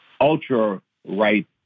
ultra-right